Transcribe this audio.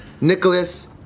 Nicholas